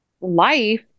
life